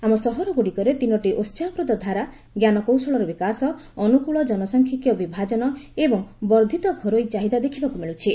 ଆମ ସହରଗୁଡ଼ିକରେ ତିନୋଟି ଉସାହପ୍ରଦ ଧାରା ଜ୍ଞାନକୌଶଳର ବିକାଶ ଅନୁକୂଳ ଜନସଂଖ୍ୟିକୀୟ ବିଭାଜନ ଏବଂ ବର୍ଦ୍ଧିତ ଘରୋଇ ଚାହିଦା ଦେଖିବାକୁ ମିଳୁଛି